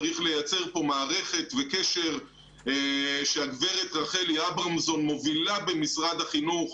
צריך לייצר פה מערכת וקשר שהגב' רחלי אברמזון מובילה במשרד החינוך.